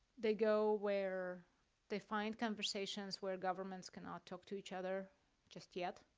they go where they find conversations where governments cannot talk to each other just yet.